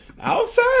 outside